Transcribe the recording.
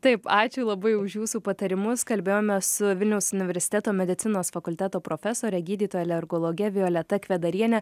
taip ačiū labai už jūsų patarimus kalbėjomės su vilniaus universiteto medicinos fakulteto profesore gydytoja alergologe violeta kvedariene